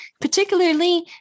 particularly